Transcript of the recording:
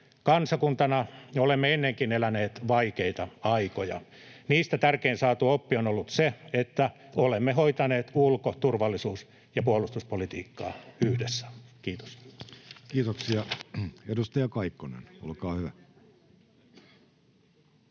Kansakuntana olemme ennenkin eläneet vaikeita aikoja. Niistä tärkein saatu oppi on ollut se, että olemme hoitaneet ulko-, turvallisuus- ja puolustuspolitiikkaa yhdessä. [Jani Mäkelä: Tehän juuri rikotte sitä!] Kiitoksia. — Edustaja Kaikkonen, olkaa hyvä.